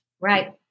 Right